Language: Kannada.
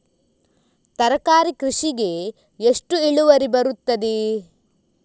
ತರಕಾರಿ ಕೃಷಿಗೆ ಎಷ್ಟು ಇಳುವರಿ ಬರುತ್ತದೆ?